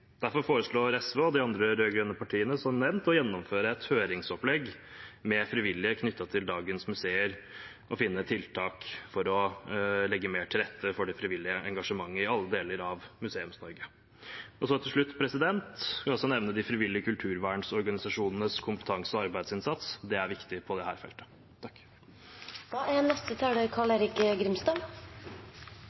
Derfor foreslår SV og de andre rød-grønne partiene, som nevnt, å gjennomføre et høringsopplegg med frivillige knyttet til dagens museer, og finne tiltak for å legge mer til rette for det frivillige engasjementet i alle deler av Museums-Norge. Til slutt vil jeg også nevne de frivillige kulturvernorganisasjonenes kompetanse og arbeidsinnsats. Det er viktig på dette feltet. Jeg er